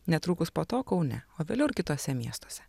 netrukus po to kaune o vėliau ir kituose miestuose